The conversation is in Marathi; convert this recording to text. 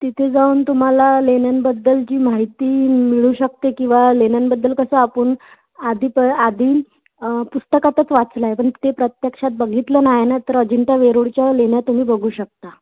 तिथे जाऊन तुम्हाला लेण्यांबद्दलची माहिती मिळू शकते किंवा लेण्यांबद्दल कसं आपण आधी प आधी पुस्तकातच वाचलं आहे पण ते प्रत्यक्षात बघितलं नाही ना तर अजिंठा वेरूळच्या लेण्या तुम्ही बघू शकता